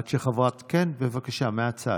בבקשה, מהצד.